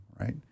right